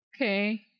Okay